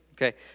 Okay